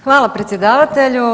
Hvala predsjedavatelju.